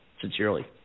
sincerely